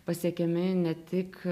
pasiekiami ne tik